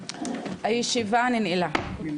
הישיבה ננעלה בשעה